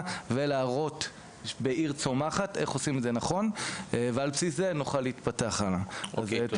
ולעשות את זה נכון בעיר צומחת ועל בסיס זה נוכל להתפתח הלאה.